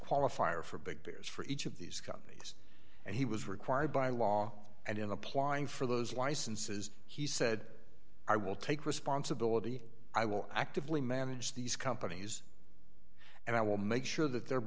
qualifier for big business for each of these companies and he was required by law and in applying for those licenses he said i will take responsibility i will actively manage these companies and i will make sure that their